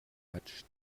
hat